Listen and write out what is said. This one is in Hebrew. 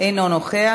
אינו נוכח.